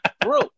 bro